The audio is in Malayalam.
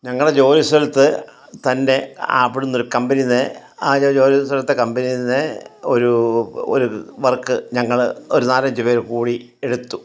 ഞങ്ങളുടെ ജോലി സ്ഥലത്ത് തൻ്റെ അവിടുന്നൊരു കമ്പനീന്ന് ആദ്യ ജോലി സ്ഥലത്തെ കമ്പനീന്ന് ഒരു ഒരു വർക്ക് ഞങ്ങൾ ഒരു നാലഞ്ച് പേർ കൂടി എടുത്തു